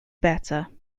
better